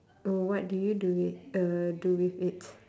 what do you do it uh do with it